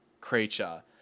creature